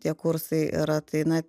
tie kursai yra tai na